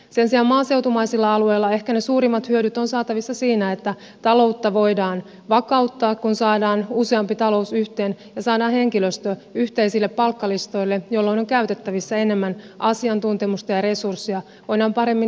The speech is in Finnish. sen sijaan maaseutumaisilla alueilla ehkä ne suurimmat hyödyt ovat saatavissa siinä että taloutta voidaan vakauttaa kun saadaan useampi talous yhteen ja saadaan henkilöstö yhteisille palkkalistoille jolloin on käytettävissä enemmän asiantuntemusta ja resursseja voidaan paremmin turvata palvelut